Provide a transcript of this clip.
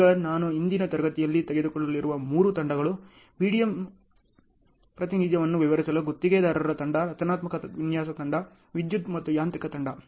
ಈಗ ನಾನು ಇಂದಿನ ತರಗತಿಗೆ ತೆಗೆದುಕೊಳ್ಳಲಿರುವ ಮೂರು ತಂಡಗಳು BDM ಪ್ರಾತಿನಿಧ್ಯವನ್ನು ವಿವರಿಸಲು ಗುತ್ತಿಗೆದಾರರ ತಂಡ ರಚನಾತ್ಮಕ ವಿನ್ಯಾಸ ತಂಡ ವಿದ್ಯುತ್ ಮತ್ತು ಯಾಂತ್ರಿಕ ತಂಡ